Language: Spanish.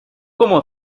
como